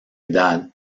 edad